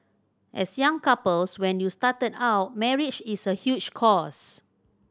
as young couples when you started out marriage is a huge cost